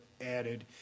added